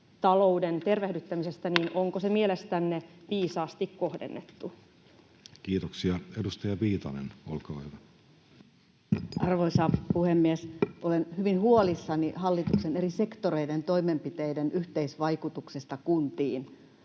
talouden tervehdyttämisestä, niin onko se mielestänne viisaasti kohdennettu. Kiitoksia. — Edustaja Viitanen, olkaa hyvä. Arvoisa puhemies! Olen hyvin huolissani hallituksen eri sektoreiden toimenpiteiden yhteisvaikutuksista kuntiin.